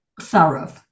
thorough